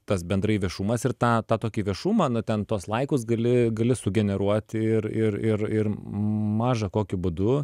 tas bendrai viešumas ir tą tą tokį viešumą na ten tuos laikus gali gali sugeneruoti ir ir ir ir maža kokiu būdu